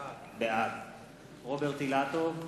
בעד רוברט אילטוב,